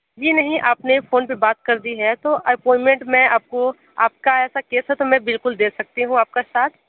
जी नहीं आपने फोन पे बात कर दी है तो अपॉइंटमेंट में आपको आपका ऐसा केस है तो मैं बिल्कुल दे सकती हूँ आपका साथ